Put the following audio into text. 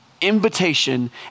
invitation